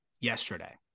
Yesterday